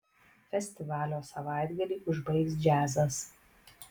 festivalio savaitgalį užbaigs džiazas